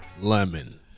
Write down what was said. Lemon